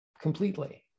completely